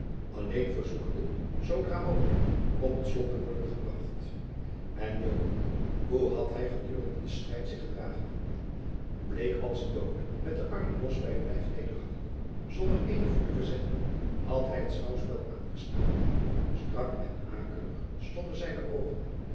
alleen verzoekende zoodra mogelijk op het slot te worden gebracht en joan hoe had hij gedurende den strijd zich gedragen bleek als een doode met de armen los bij het lijf nederhangende zonder eenen voet te verzetten had hij het schouwspel aangestaard strak en akelig stonden zijne oogen